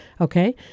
Okay